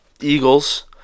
Eagles